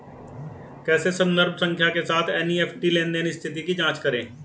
कैसे संदर्भ संख्या के साथ एन.ई.एफ.टी लेनदेन स्थिति की जांच करें?